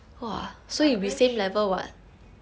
but very shiok